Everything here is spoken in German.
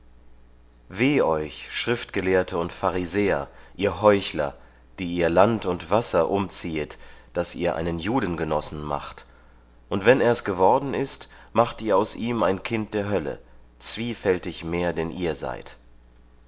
weh euch schriftgelehrte und pharisäer ihr heuchler die ihr land und wasser umziehet daß ihr einen judengenossen macht und wenn er's geworden ist macht ihr aus ihm ein kind der hölle zwiefältig mehr denn ihr seid